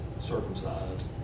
circumcised